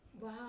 Wow